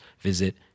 visit